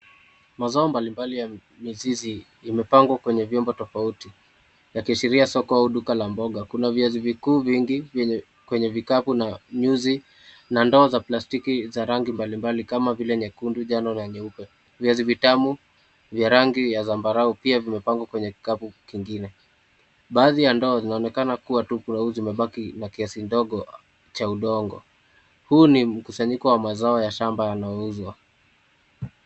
Mazao mbalimbali ya mizizi, imepangwa kwenye vyombo tofauti yakiashiria soko au duka la mboga. Kuna viazi vikuu vingi kwenye kikapu na nyuzi na ndoo za plastiki za rangi mbalimbali kama vile nyekundu, njano na nyeupe. Viazi vitamu vya rangi ya zambarau pia vimepangwa kwenye kikapu kingine. Baadhi ya ndoo zinaonekana kuwa tupu au zimebaki na kiasi ndogo cha udongo. Huu ni mkusanyiko wa mazao ya shamba yanayouzwa.